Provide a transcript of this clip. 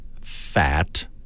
fat